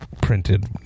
printed